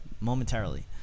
momentarily